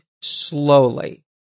slowly